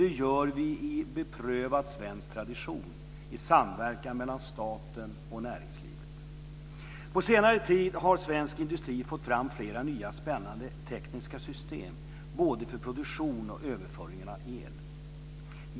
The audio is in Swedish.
Det gör vi i beprövad svensk tradition i samverkan mellan staten och näringslivet. På senare tid har svensk industri fått fram flera nya spännande tekniska system, både för produktion och överföring av el.